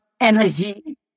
energy